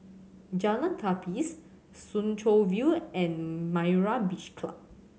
Jalan Gapis Soo Chow View and Myra's Beach Club